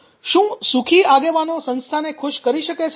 શું સુખી આગેવાનો સંસ્થાઓને ખુશ કરી શકે છે